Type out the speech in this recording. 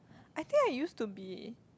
I feel I used to be